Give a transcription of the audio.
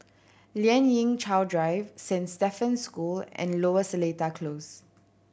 Lien Ying Chow Drive Saint Stephen's School and Lower Seletar Close